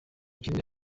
kinini